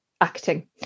acting